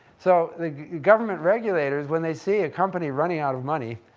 so the government regulators, when they see a company running out of money,